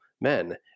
men